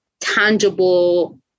tangible